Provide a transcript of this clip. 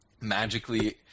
magically